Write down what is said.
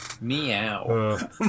Meow